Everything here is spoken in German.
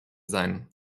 sein